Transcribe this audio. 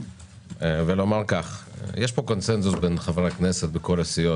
יש פה קונצנזוס בין חברי הכנסת מכל הסיעות,